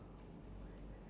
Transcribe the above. ya